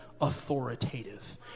authoritative